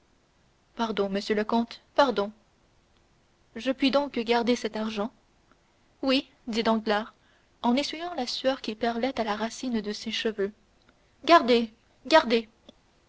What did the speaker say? pardon monsieur le comte pardon je puis donc garder cet argent oui dit danglars en essuyant la sueur qui perlait à la racine de ses cheveux gardez gardez